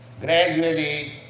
Gradually